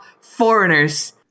Foreigners